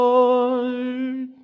Lord